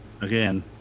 Again